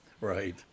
Right